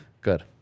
good